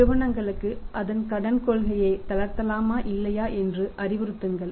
நிறுவனங்களுக்கு அதன் கடன் கொள்கையை தளர்த்தலாமா இல்லையா என்று அறிவுறுத்துங்கள்